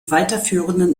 weiterführenden